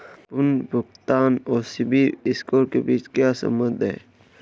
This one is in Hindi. पुनर्भुगतान और सिबिल स्कोर के बीच क्या संबंध है?